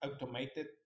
automated